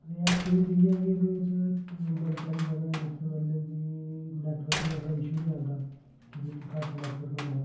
मेरा ऐक्पिरिंयस इयै ऐ कि एह्दे बिच्च बड़े सारे जगह् न जित्थें मतलब कि नेटवर्क दा थोह्ड़ा इशु बी आंदा ऐ कि जित्थें घट्ट नेटवर्क होंदा